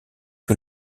que